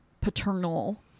paternal